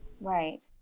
Right